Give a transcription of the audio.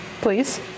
please